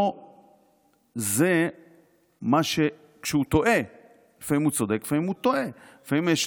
לפעמים הוא צודק, לפעמים הוא טועה.